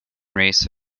race